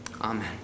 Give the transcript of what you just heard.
Amen